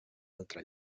altre